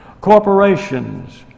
Corporations